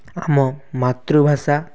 ଆମ ମାତୃଭାଷା